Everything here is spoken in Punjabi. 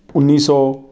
ਉੱਨੀ ਸੌ